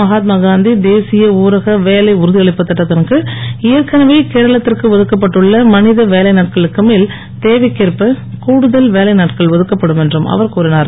மகாத்மாகாந்தி தேசிய ஊரக வேலை உறுதியளிப்புத் திட்டத்தின் கீழ் ஏற்கனவே கேரளத்திற்கு ஒதுக்கப்பட்டு உள்ள மனித வேலை நாட்களுக்கு மேல் தேவைக்கேற்ப கூடுதல் வேலை நாட்கள் ஒதுக்கப்படும் என்றும் அவர் கூறினார்